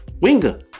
winger